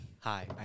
hi